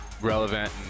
relevant